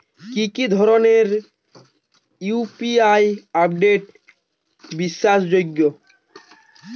কি কি ধরনের ইউ.পি.আই অ্যাপ বিশ্বাসযোগ্য?